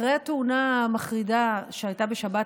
אחרי התאונה המחרידה שהייתה בשבת,